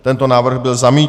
Tento návrh byl zamítnut.